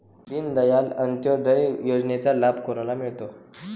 दीनदयाल अंत्योदय योजनेचा लाभ कोणाला मिळतो?